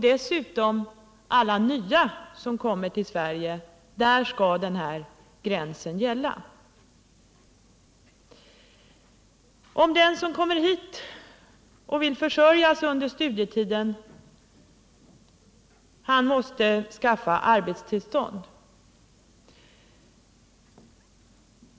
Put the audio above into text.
Dessutom skall den här gränsen gälla för alla nya studerande som kommer till Sverige. Den gäststuderande som vill försörja sig under studietiden måste söka arbetstillstånd.